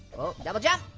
double jump.